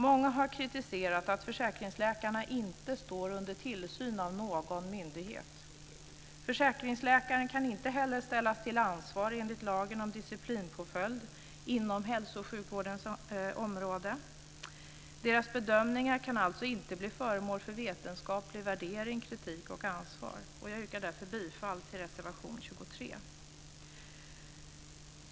Många har kritiserat att försäkringsläkarna inte står under tillsyn av någon myndighet. Försäkringsläkarna kan inte heller ställas till ansvar enligt lagen om disciplinpåföljd inom hälso och sjukvårdens område. Deras bedömningar kan alltså inte bli föremål för vetenskaplig värdering, kritik och ansvar. Jag yrkar därför bifall till reservation 23.